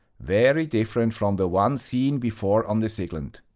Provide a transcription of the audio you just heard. very different from the one seen before on the siglent.